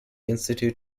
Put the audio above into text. institute